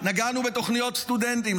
נגענו בתוכניות סטודנטים,